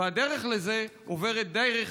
הדרך לזה עוברת דרך